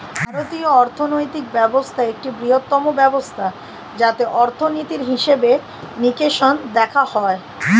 ভারতীয় অর্থনৈতিক ব্যবস্থা একটি বৃহত্তম ব্যবস্থা যাতে অর্থনীতির হিসেবে নিকেশ দেখা হয়